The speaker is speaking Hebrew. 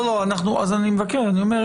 אז אני אומר,